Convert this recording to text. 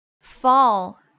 fall